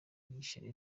yashinje